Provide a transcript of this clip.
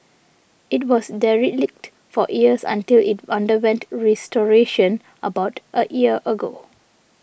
it was derelict for years until it underwent restoration about a year ago